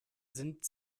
sind